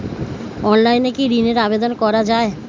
অনলাইনে কি ঋণের আবেদন করা যায়?